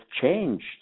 changed